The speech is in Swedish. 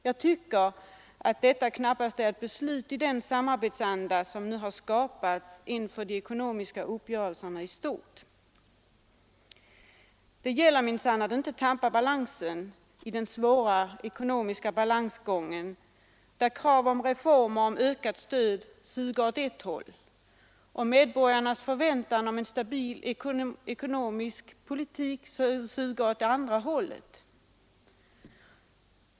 Jag tycker att detta knappast är ett beslut i den samarbetsanda som har skapats inför de ekonomiska uppgörelserna i stort. Det gäller minsann att inte tappa balansen i den svåra ekonomiska balansgången, där krav på reformer och ökat stöd suger åt det ena hållet, och medborgarnas förväntan om en stabil ekonomisk politik suger åt det andra hållet.